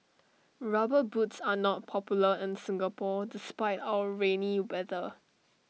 rubber boots are not popular in Singapore despite our rainy weather